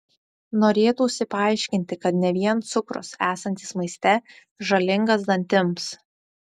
norėtųsi paaiškinti kad ne vien cukrus esantis maiste žalingas dantims